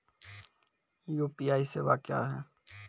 UPI सेवा क्या हैं?